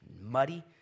muddy